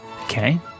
Okay